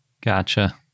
Gotcha